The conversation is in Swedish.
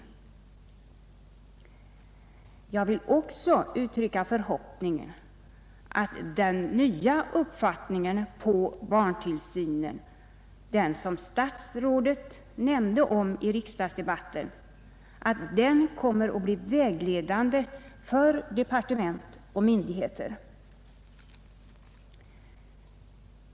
Jag vill också uttrycka förhoppningen att den nya uppfattning om barntillsynen som statsrådet nämnde i riksdagsdebatten i våras kommer att bli vägledande för departement och myndigheter.